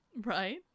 Right